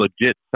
legit